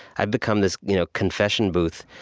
i've become this you know confession booth